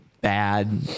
Bad